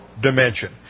dimension